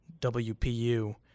wpu